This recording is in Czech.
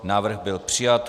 Návrh byl přijat.